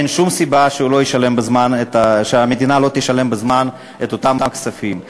ואין שום סיבה שהמדינה לא תשלם בזמן את אותם הכספים.